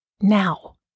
now